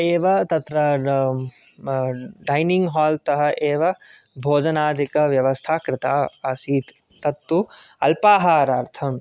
एव तत्र dining hall तः एव भोजनादिव्यवस्था कृता आसीत् तत्तु अल्पाहारार्थम्